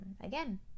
again